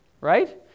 Right